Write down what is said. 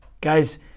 Guys